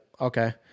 okay